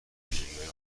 ویژگیهای